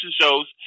shows